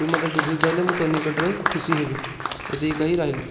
ତୁ ମୋତେ ବୁଝିକି କହିଲେ ମୁଁ ତୋ ନିକଟରେ ଖୁସି ହେବି ଏତିକି କହି ରହିଲି